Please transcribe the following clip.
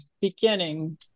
beginning